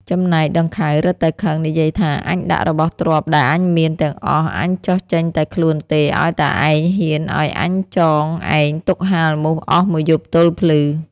ចំណែកដង្ខៅ រឹតតែខឹង និយាយថា "អញដាក់របស់ទ្រព្យដែលអញមាន ទាំងអស់ អញចុះចេញតែខ្លួនទេ ឲ្យតែឯងហ៊ានឲ្យអញចងឯង ទុកហាលមូសអស់ ១ យប់ទល់ភ្លឺ